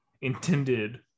intended